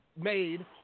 made